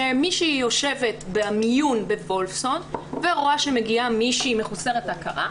שמישהי יושבת במיון בוולפסון ורואה שמישהי מגיעה מחוסרת הכרה.